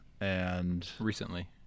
Recently